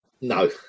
No